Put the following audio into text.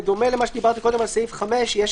זה דומה למה שדיברתי קודם על סעיף 5. יש